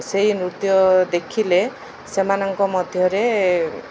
ସେଇ ନୃତ୍ୟ ଦେଖିଲେ ସେମାନଙ୍କ ମଧ୍ୟରେ